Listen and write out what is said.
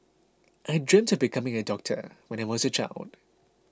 I dreamt of becoming a doctor when I was a child